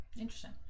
Interesting